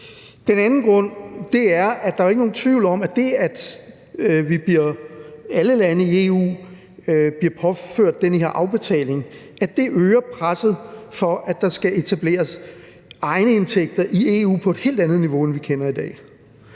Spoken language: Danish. om, at det, at alle lande i EU bliver påført den her afbetaling, øger presset for, at der skal etableres egenindtægter i EU på et helt andet niveau, end vi kender i dag.